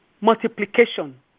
multiplication